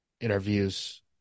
interviews